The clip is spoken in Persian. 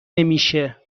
نمیشه